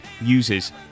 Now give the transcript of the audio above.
uses